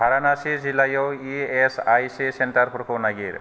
भारानासि जिल्लायाव इएसआइसि सेन्टारफोरखौ नागिर